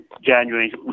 January